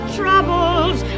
troubles